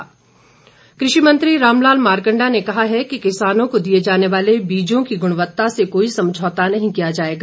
मारकंडा कृषि मंत्री रामलाल मारकंडा ने कहा है कि किसानों को दिए जाने वाले बीजों की गृणवत्ता से कोई समझौता नहीं किया जाएगा